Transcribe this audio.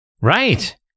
Right